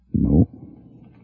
No